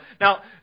Now